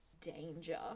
danger